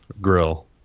grill